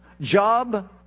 Job